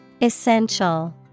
Essential